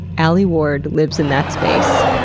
alie ward lives in that space.